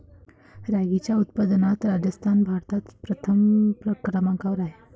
रॅगीच्या उत्पादनात राजस्थान भारतात प्रथम क्रमांकावर आहे